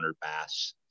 bass